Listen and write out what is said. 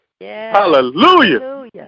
hallelujah